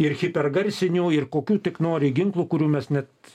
ir hipergarsinių ir kokių tik nori ginklų kurių mes net